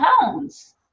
pounds